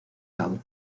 cabo